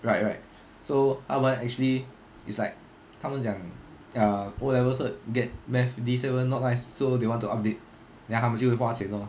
right right so 他们 actually it's like 他们讲 uh O levels cert get math D seven not nice so they want to update then 他们就会花钱 lor